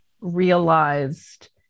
realized